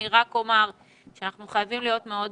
אני רק אומר שאנחנו חייבים להיות מאוד